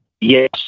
Yes